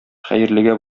хәерлегә